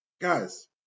guys